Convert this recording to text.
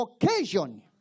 occasion